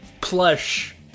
plush